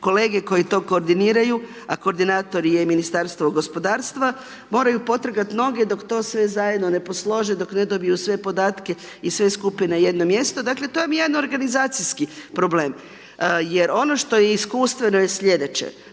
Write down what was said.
kolege koji to koordiniraju a koordinator je i Ministarstvo gospodarstva, moraju potrgati noge dok to sve zajedno ne poslože, dok ne dobiju sve podatke i sve skupine na jedno mjesto. Dakle to vam je jedan organizacijski problem. Jer ono što je iskustveno je sljedeće